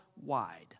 wide